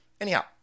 Anyhow